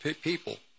people